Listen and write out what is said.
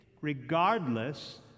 regardless